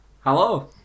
Hello